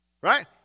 right